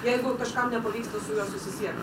jeigu kažkam nepavyksta su juo susisiekt